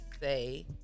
say